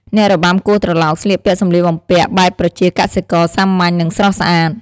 អ្នករបាំគោះត្រឡោកស្លៀកពាក់សម្លៀកបំពាក់បែបប្រជាកសិករសាមញ្ញ និងស្រស់ស្អាត។